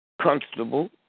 Constable